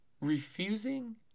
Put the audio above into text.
Refusing